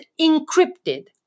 encrypted